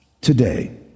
today